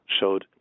showed